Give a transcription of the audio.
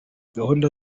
gahunda